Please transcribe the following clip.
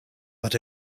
but